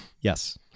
Yes